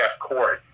court